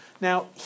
Now